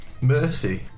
Mercy